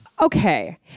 okay